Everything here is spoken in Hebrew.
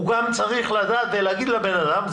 הוא גם צריך לדעת ולהגיד לבן אדם,